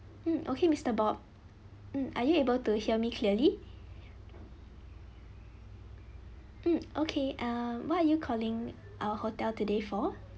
mm okay mister bob mm are you able to hear me clearly mm okay uh what are you calling our hotel today for